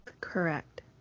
Correct